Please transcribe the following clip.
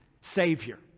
Savior